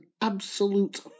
absolute